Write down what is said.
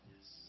Yes